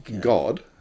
god